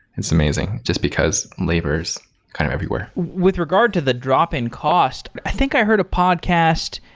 it's amazing, just because labor is kind of everywhere with regard to the drop in cost, i think i heard a podcast.